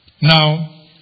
Now